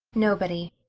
nobody.